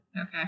Okay